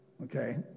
Okay